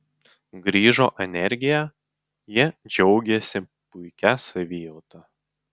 grįžo energija jie džiaugėsi puikia savijauta